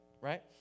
right